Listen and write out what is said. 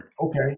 Okay